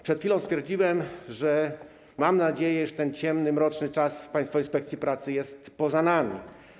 Przed chwilą stwierdziłem, że mam nadzieję, że ten ciemny, mroczny czas w Państwowej Inspekcji Pracy jest poza nami.